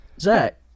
Zach